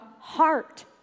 heart